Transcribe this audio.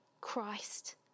Christ